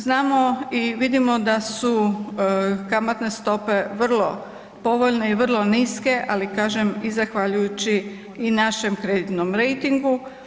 Znamo i vidimo da su kamatne stope vrlo povoljne i vrlo niske, ali kažem i zahvaljujući i našem kreditnom rejtingu.